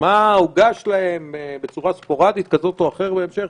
מה העוגה שלהם בצורה ספורדית כזאת או אחרת בהמשך.